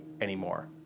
anymore